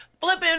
flipping